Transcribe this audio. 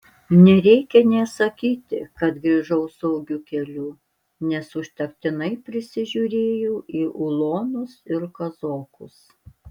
nereikia nė sakyti kad grįžau saugiu keliu nes užtektinai prisižiūrėjau į ulonus ir kazokus